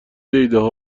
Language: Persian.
ایدهها